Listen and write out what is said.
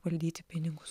valdyti pinigus